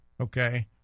okay